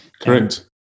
Correct